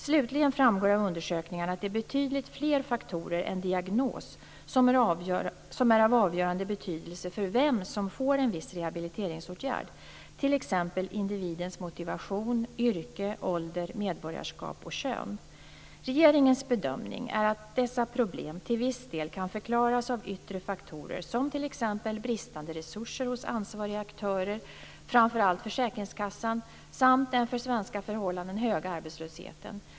Slutligen framgår av undersökningarna att det är betydligt fler faktorer än diagnos som är av avgörande betydelse för vem som får en viss rehabiliteringsåtgärd, t.ex. individens motivation, yrke, ålder, medborgarskap och kön. Regeringens bedömning är att dessa problem till viss del kan förklaras av yttre faktorer som t.ex. bristande resurser hos ansvariga aktörer, framför allt försäkringskassan, samt den för svenska förhållanden höga arbetslösheten.